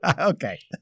Okay